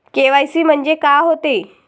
KYC म्हंनजे का होते?